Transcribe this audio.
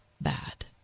bad